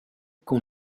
con